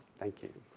thank you.